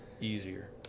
easier